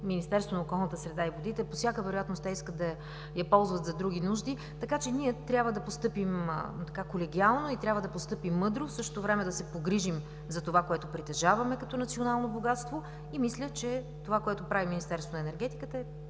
Министерство на околната среда и водите и по всяка вероятност те искат да я ползват за други нужди. Ние трябва да постъпим колегиално и мъдро, в същото време да се погрижим за това, което притежаваме като национално богатство. Мисля, че това, което прави Министерството на енергетиката, е